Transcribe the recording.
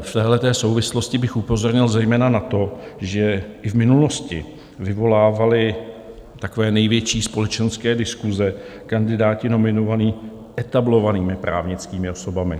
V téhle souvislosti bych upozornil zejména na to, že i v minulosti vyvolávali takové největší společenské diskuse kandidáti nominovaní etablovanými právnickými osobami.